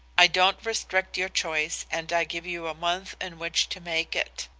i don't restrict your choice and i give you a month in which to make it.